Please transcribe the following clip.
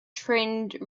trained